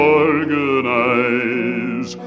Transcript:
organize